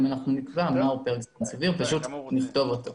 אם נקבע מהו פרק זמן סביר ונכתוב אותו.